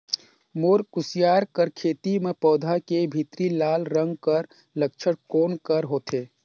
मोर कुसियार कर खेती म पौधा के भीतरी लाल रंग कर लक्षण कौन कर होथे?